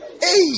Hey